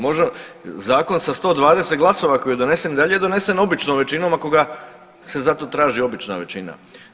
Može, zakon sa 120 glasova ako je donesen i dalje je donesen običnom većinom ako ga se za to traži obična većina.